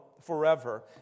forever